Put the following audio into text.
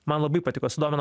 man labai patiko sudomino